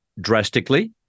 drastically